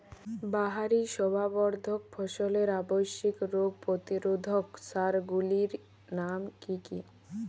বাহারী শোভাবর্ধক ফসলের আবশ্যিক রোগ প্রতিরোধক সার গুলির নাম কি কি?